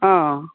অঁ